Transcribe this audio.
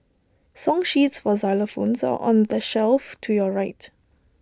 song sheets for xylophones are on the shelf to your right